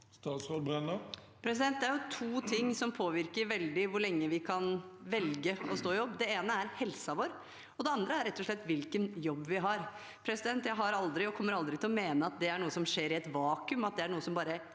Statsråd Tonje Brenna Det er to ting som i stor grad påvirker hvor lenge vi kan velge å stå i jobb. Det ene er helsen vår, og det andre er rett og slett hvilken jobb vi har. Jeg har aldri ment og kommer aldri til å mene at det er noe som skjer i et vakuum, at det er noe som bare